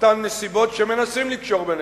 אותן נסיבות שמנסים לקשור ביניהן.